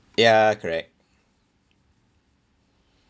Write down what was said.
ya correct